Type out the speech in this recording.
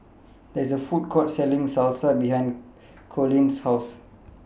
There IS A Food Court Selling Salsa behind Coleen's House